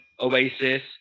oasis